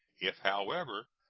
if, however,